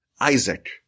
Isaac